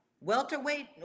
welterweight